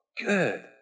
good